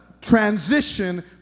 transition